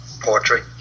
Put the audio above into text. poetry